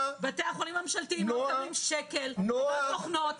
בתי החולים הממשלתיים לא מקבלים שקל על תוכנות.